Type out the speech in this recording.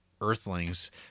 Earthlings